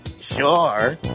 Sure